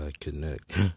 connect